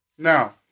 Now